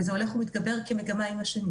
וזה מתגבר עם השנים